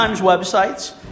websites